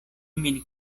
min